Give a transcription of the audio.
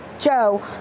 Joe